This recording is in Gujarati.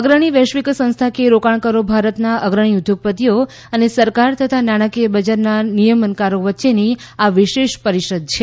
અગ્રણી વૈશ્વિક સંસ્થાકીય રોકાણકારો ભારતના અગ્રણી ઉદ્યોગપતિઓ અને સરકાર તથા નાણાંકીયબજારના નિયમનકારો વચ્ચેની આ વિશેષ પરિષદ છે